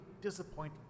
disappointing